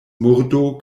murdo